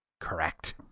correct